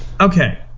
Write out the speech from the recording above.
Okay